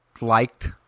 liked